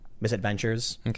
misadventures